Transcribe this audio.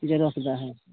जगह से बाहर